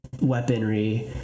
weaponry